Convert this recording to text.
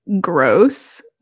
gross